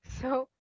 So-